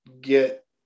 get